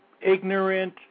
ignorant